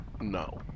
No